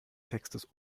textes